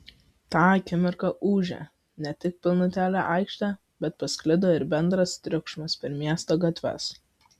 tą akimirką ūžė ne tik pilnutėlė aikštė bet pasklido ir bendras triukšmas per miesto gatves